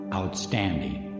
outstanding